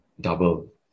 double